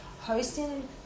hosting